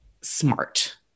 smart